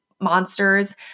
monsters